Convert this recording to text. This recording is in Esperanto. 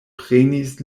prenis